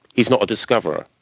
he is not a discoverer.